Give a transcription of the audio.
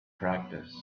practice